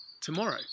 tomorrow